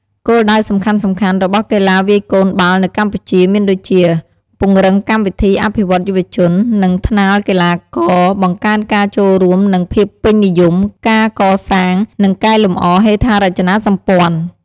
គោលដៅសំខាន់ៗ របស់កីឡាវាយកូនបាល់នៅកម្ពុជាមានដូចជា ពង្រឹងកម្មវិធីអភិវឌ្ឍន៍យុវជន និងថ្នាលកីឡាករ បង្កើនការចូលរួមនិងភាពពេញនិយម ការកសាង និងកែលម្អហេដ្ឋារចនាសម្ព័ន្ធ។